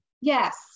yes